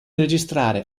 registrare